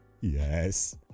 yes